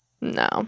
No